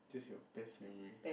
just your best memory